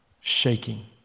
shaking